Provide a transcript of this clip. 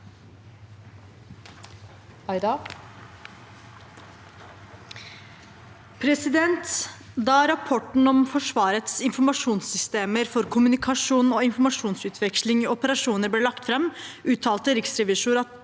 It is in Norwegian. for saken): Da rapporten om Forsvarets informasjonssystemer for kommunikasjon og informasjonsutveksling i operasjoner ble lagt fram, uttalte riksrevisoren at